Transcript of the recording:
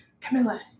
Camilla